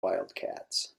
wildcats